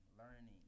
learning